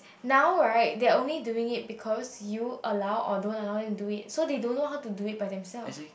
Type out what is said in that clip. now right they are only doing it because you allow although or dont allow them to do it so they don't know how to do it by themselves